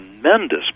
tremendous